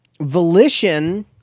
Volition